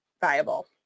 viable